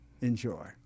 Enjoy